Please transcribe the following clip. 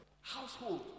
Household